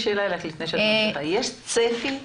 יש צפי לתקנות?